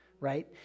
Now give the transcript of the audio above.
right